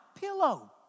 pillow